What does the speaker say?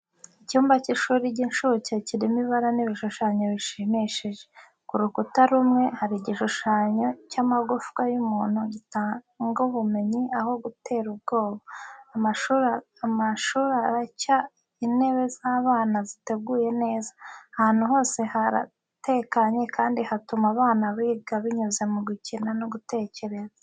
Icyumba cy’ishuri ry’incuke kirimo ibara n’ibishushanyo bishimishije. Ku rukuta rumwe, hari igishushanyo cy’amagufwa y'umuntu gitanga ubumenyi aho gutera ubwoba. Amashuri aracya, intebe z’abana ziteguye neza. Ahantu hose haratekanye kandi hatuma abana biga binyuze mu gukina no gutekereza.